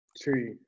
tree